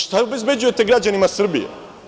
Šta obezbeđujete građanima Srbije?